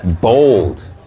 bold